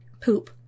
poop